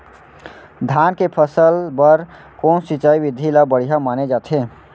धान के फसल बर कोन सिंचाई विधि ला बढ़िया माने जाथे?